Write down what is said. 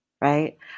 right